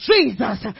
Jesus